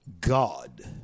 God